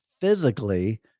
physically